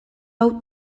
hau